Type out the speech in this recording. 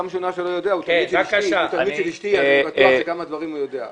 הוא תלמיד של אשתי ואני בטוח שכמה דברים הוא יודע.